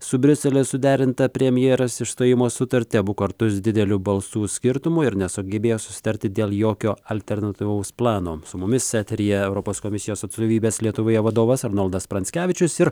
su briuseliu suderintą premjeras išstojimo sutartį abu kartus dideliu balsų skirtumu ir nesugebėjo susitarti dėl jokio alternatyvaus plano su mumis eteryje europos komisijos atstovybės lietuvoje vadovas arnoldas pranckevičius ir